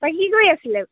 কি কৰি আছিলে